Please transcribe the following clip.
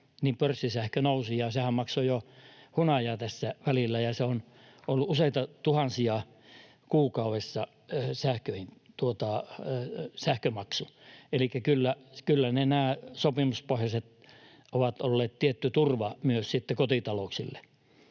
pörssisähkö nousi. Sehän maksoi jo hunajaa tässä välillä ja sähkömaksu on ollut useita tuhansia kuukaudessa. Elikkä kyllä nämä sopimuspohjaiset ovat olleet tietty turva myös sitten kotitalouksille.